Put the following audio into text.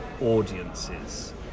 audiences